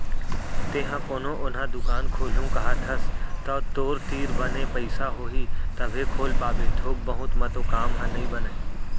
तेंहा कोनो ओन्हा दुकान खोलहूँ कहत हस तव तो तोर तीर बने पइसा होही तभे खोल पाबे थोक बहुत म तो काम ह नइ बनय